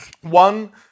One